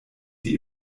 die